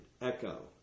Echo